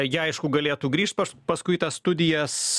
jie aišku galėtų grįžt pas paskui į tas studijas